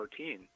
14